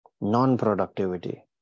non-productivity